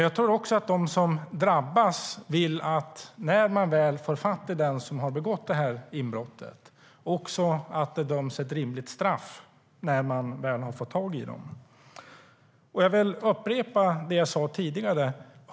Jag tror att de som drabbas vill att det utdöms ett rimligt straff när man väl har fått tag i dem som har begått inbrotten. Jag vill upprepa det jag sa tidigare.